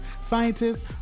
scientists